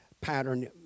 Pattern